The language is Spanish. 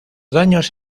daños